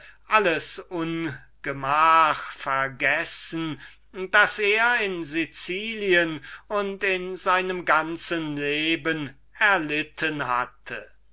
alles ungemach vergessen das er in sicilien und in seinem ganzen leben ausgestanden hatte